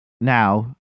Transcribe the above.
Now